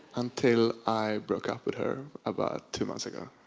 until i broke up with her about two months ago.